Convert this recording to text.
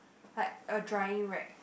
like a drying rack